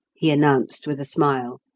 he announced, with a smile.